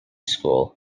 school